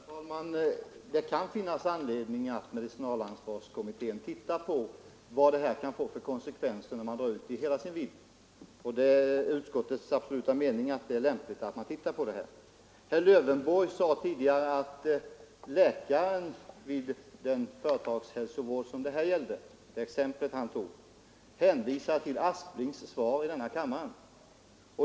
Herr talman! Det kan finnas anledning att låta medicinalansvarskommittén pröva vilka konsekvenser den i reservationen föreslagna ordningen får i olika avseenden. Det är utskottets bestämda mening att detta bör undersökas. Herr Lövenborg sade tidigare att läkaren i det exempel från företagshälsovården som han tog upp hänvisade till herr Asplings besked i kammaren.